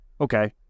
okay